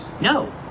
No